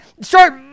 start